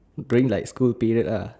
during like school period uh